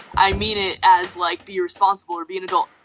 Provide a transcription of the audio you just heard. i mean it as like be responsible or be an adult.